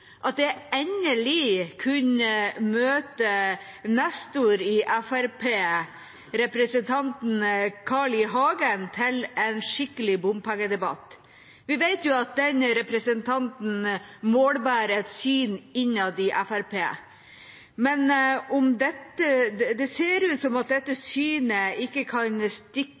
at jeg endelig skulle møte nestor i Fremskrittspartiet, representanten Carl I. Hagen, til en skikkelig bompengedebatt. Vi vet at denne representanten målbærer et syn innad i Fremskrittspartiet, men det ser ut til at dette synet ikke kan stikke